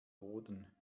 boden